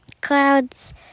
Clouds